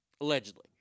allegedly